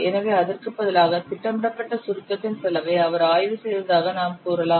எனவே அதற்கு பதிலாக திட்டமிடப்பட்ட சுருக்கத்தின் செலவை அவர் ஆய்வு செய்ததாக நாம் கூறலாம்